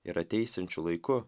ir ateisiančiu laiku